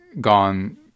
gone